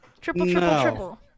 Triple-triple-triple